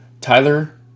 Tyler